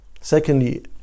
Secondly